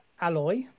alloy